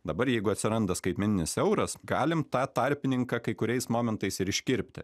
dabar jeigu atsiranda skaitmeninis euras galim tą tarpininką kai kuriais momentais ir iškirpti